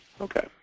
Okay